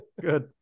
Good